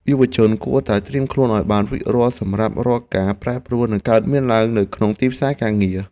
យុវជនគួរតែត្រៀមខ្លួនឱ្យបានរួចរាល់សម្រាប់រាល់ការប្រែប្រួលដែលនឹងកើតមានឡើងនៅក្នុងទីផ្សារការងារ។